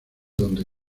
donde